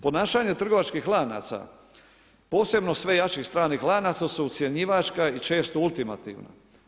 Ponašanja trgovačkih lanaca posebno sve jačih stranih lanaca su ucjenjivačka i često ultimativna.